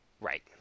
Right